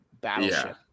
battleship